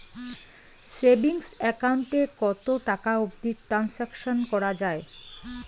Savings account এ কতো টাকা অবধি ট্রানসাকশান করা য়ায়?